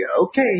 okay